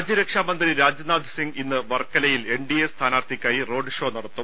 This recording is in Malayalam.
രാജ്യരക്ഷാ മന്ത്രി രാജ്നാഥ് സിങ്ങ് ഇന്ന് വർക്കലയിൽ എൻഡിഎ സ്ഥാനാർത്ഥിക്കായി റോഡ് ഷോ നടത്തും